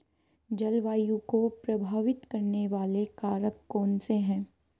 जलवायु को प्रभावित करने वाले कारक कौनसे हैं?